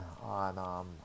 on